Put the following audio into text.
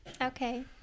Okay